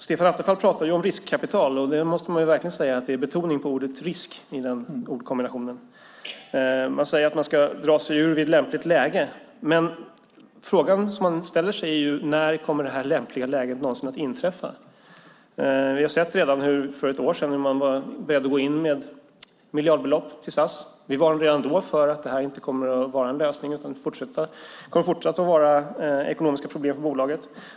Stefan Attefall talar om riskkapital, och där måste man säga att det verkligen är betoning på ordet risk. Man säger att man ska dra sig ur vid lämpligt läge. Frågan är när, om någonsin, detta lämpliga läge kommer att inträffa. Vi såg hur man redan för ett år sedan var beredd att gå in med miljardbelopp till SAS. Redan då varnade vi för att det inte kommer att vara en lösning, utan det kommer att fortsätta att finnas ekonomiska problem i bolaget.